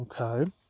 okay